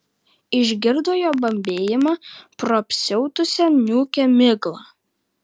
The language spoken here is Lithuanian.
išgirdo jo bambėjimą pro apsiautusią niūkią miglą